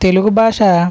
తెలుగు భాష